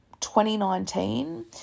2019